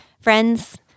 Friends